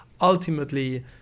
ultimately